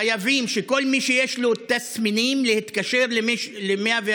חייבים שכל מי שיש לו תסמינים יתקשר ל-101,